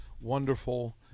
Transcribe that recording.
wonderful